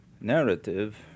narrative